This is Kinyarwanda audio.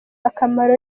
akamaro